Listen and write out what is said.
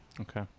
Okay